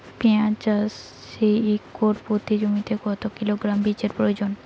পেঁয়াজ চাষে একর প্রতি জমিতে কত কিলোগ্রাম বীজের প্রয়োজন?